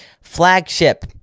flagship